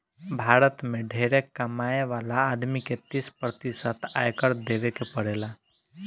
भारत में ढेरे कमाए वाला आदमी के तीस प्रतिशत आयकर देवे के पड़ेला